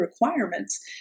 requirements